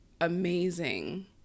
amazing